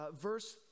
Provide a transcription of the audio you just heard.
verse